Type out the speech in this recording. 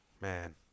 man